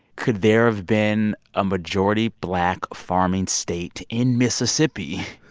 could there have been a majority black farming state in mississippi